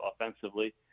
offensively